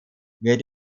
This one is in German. wird